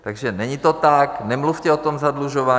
Takže není to tak, nemluvte o zadlužování.